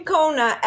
Kona